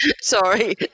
Sorry